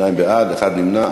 שניים בעד, שניים נגד, אחד נמנע.